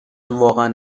واقعا